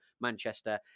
Manchester